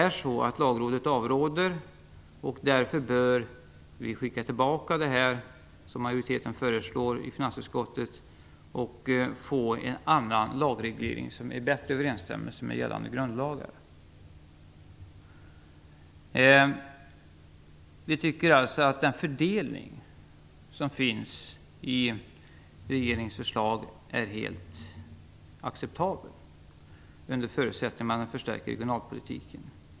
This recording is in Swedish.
Men Lagrådet avstyrker, och vi bör därför, som finansutskottets majoritet föreslår, skicka tillbaka förslaget och få en lagreglering som är i bättre överensstämmelse med gällande grundlagar.